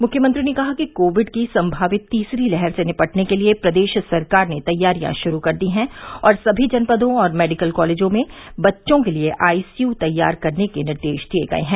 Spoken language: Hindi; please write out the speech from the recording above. मुख्यमंत्री ने कहा कि कोविड की सम्भावित तीसरी लहर से निपटने के लिये प्रदेश सरकार ने तैयारियां शुरू कर दी है और सभी जनपदों और मेडिकल कॉलेज में बच्चों के लिये आईसीयू तैयार करने के निर्देश दिये गये हैं